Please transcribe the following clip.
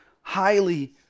highly